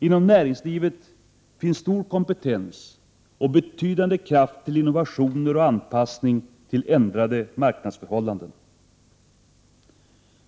Inom näringslivet finns stor kompetens och betydande kraft till innovationer och anpassning till ändrade marknadsförhållanden.